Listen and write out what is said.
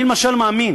אני, למשל, מאמין